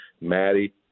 Maddie